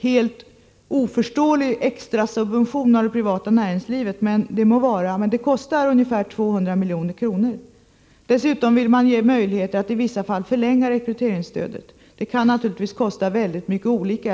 helt oförståelig extrasubvention till det privata näringslivet. Det må vara, men det kostar ungefär 200 milj.kr. Dessutom vill man ge möjligheter att i vissa fall förlänga rekryteringsstödet. Kostnaderna kan naturligtvis vara mycket olika.